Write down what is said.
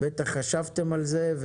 בטח חשבתם על זה.